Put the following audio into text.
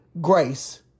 Grace